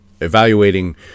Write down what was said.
evaluating